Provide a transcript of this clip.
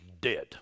dead